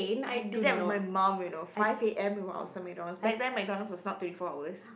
I did that with my mum you know five A_M we were outside Mac Donald's back then Mac Donald's was not twenty four hours